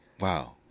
Wow